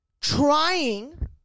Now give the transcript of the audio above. trying